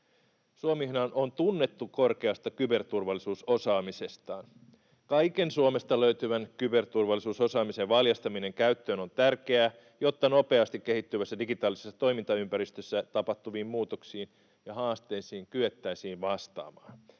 Suomihan on tunnettu korkeasta kyberturvallisuusosaamisestaan. Kaiken Suomesta löytyvän kyberturvallisuusosaamisen valjastaminen käyttöön on tärkeää, jotta nopeasti kehittyvässä digitaalisessa toimintaympäristössä tapahtuviin muutoksiin ja haasteisiin kyettäisiin vastaamaan.